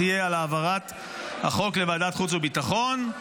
תהיה על העברת החוק לוועדת חוץ וביטחון,